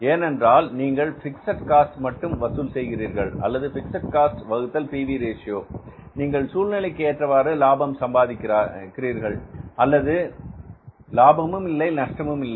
ஏனென்றால் நீங்கள் fixed cost மட்டும் வசூல் செய்கிறீர்கள் அல்லது பிக்ஸட் காஸ்ட் வகுத்தல் P V ratio PV Ratio நீங்கள் சூழ்நிலைக்கு ஏற்றவாறு லாபம் சம்பாதிக்கிறார்கள் அல்லது லாபமும் இல்லை நஷ்டமும் இல்லை